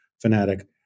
fanatic